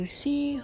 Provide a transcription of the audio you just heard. see